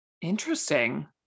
Interesting